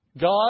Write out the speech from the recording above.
God